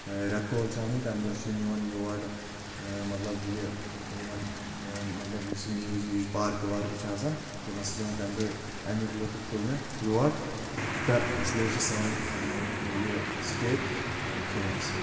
رؠتہٕ کول چھُ آسان تمہِ دۄہ چھِ یِم یِوان یور مطلب یہِ یِمن مطلب یُس یہِ نیٖج ویٖج پارکہٕ وارکہٕ چھِ آسان یِم ہسا چھِ یِوان تمہِ دۄہ اَمیُک لطف تُلنہٕ یور تہٕ اس لیے چھِ سٲنۍ یہِ سٹیٹ فیمس